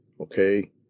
okay